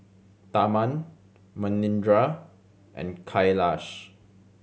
Tharman Manindra and Kailash